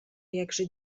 jakże